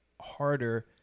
harder